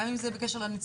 גם אם זה בקשר לנציבות,